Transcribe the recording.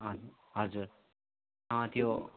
अँ हजुर अँ त्यो